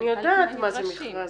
אני יודעת מה זה מכרז,